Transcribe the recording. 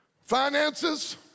Finances